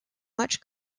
much